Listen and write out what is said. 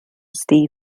steve